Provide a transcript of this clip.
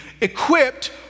equipped